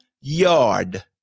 yard